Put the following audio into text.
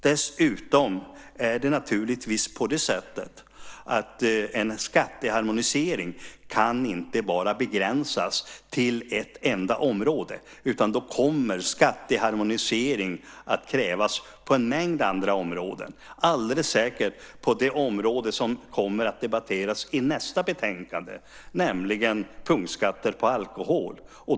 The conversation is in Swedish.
Dessutom är det naturligtvis så att en skatteharmonisering inte kan begränsas till bara ett enda område, utan då kommer skatteharmonisering att krävas på en mängd andra områden - alldeles säkert på det område som kommer att debatteras i nästa betänkande, nämligen punktskatter på alkohol.